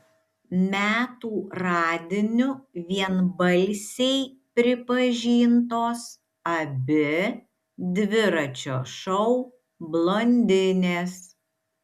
metų radiniu vienbalsiai pripažintos abi dviračio šou blondinės